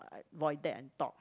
void deck and talk